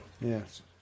yes